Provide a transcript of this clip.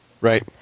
Right